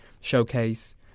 Showcase